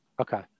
Okay